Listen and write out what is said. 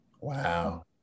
wow